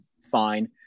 fine